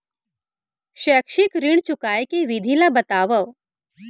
शैक्षिक ऋण चुकाए के विधि ला बतावव